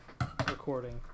recording